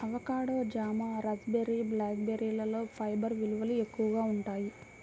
avocado, జామ, raspberry, black బెర్రీలలో fibre విలువలు ఎక్కువగా ఉంటాయి